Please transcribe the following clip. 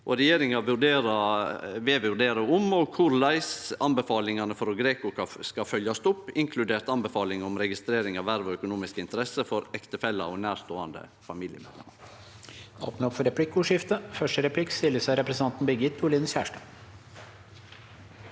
Regjeringa vil vurdere om og korleis anbefalingane frå GRECO skal følgjast opp, inkludert anbefalinga om registrering av verv og økonomiske interesser for ektefellar og nærståande familiemedlemer.